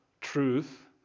truth